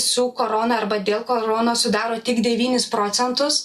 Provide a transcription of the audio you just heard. su korona arba dėl koronos sudaro tik devynis procentus